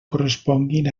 corresponguin